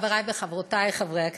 חברי וחברותי חברי הכנסת,